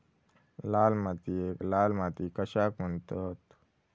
लाल मातीयेक लाल माती कशाक म्हणतत?